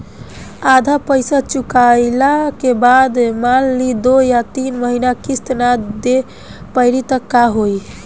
आधा पईसा चुकइला के बाद मान ली दो या तीन महिना किश्त ना दे पैनी त का होई?